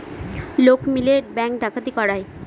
লোক মিলে ব্যাঙ্ক ডাকাতি করায়